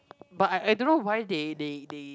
but I I don't know why they they they